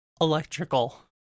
electrical